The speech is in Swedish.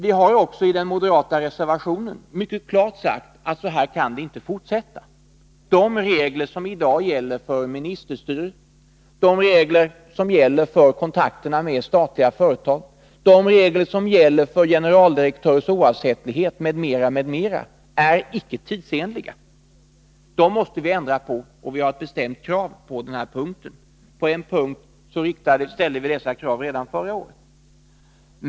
Vi har också i den moderata reservationen mycket klart sagt att så här kan det inte fortsätta. De regler som i dag gäller för ministerstyre, de regler som gäller för kontakterna med statliga företag, de regler som gäller för generaldirektörs oavsättlighet, m.m., är icke tidsenliga. Dem måste vi ändra, och vi har ett bestämt krav på den punkten. På en punkt ställde vi sådana krav redan förra året.